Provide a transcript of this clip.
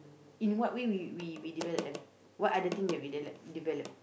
in what way we we we develop them what other thing that we del~ develop